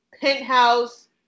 penthouse